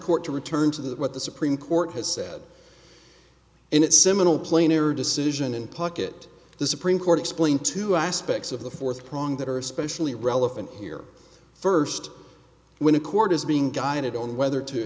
court to return to that what the supreme court has said in that seminal player decision and pocket the supreme court explain to aspects of the fourth prong that are especially relevant here first when a court is being guided on whether to